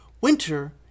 Winter